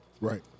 Right